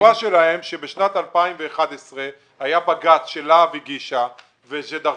התשובה שלהם שבשנת 2011 היה בג"ץ שלה"ב הגישה ודרשה